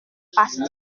passe